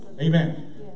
Amen